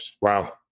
Wow